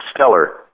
stellar